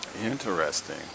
Interesting